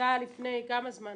זה היה לפני כמה זמן?